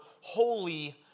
holy